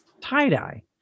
tie-dye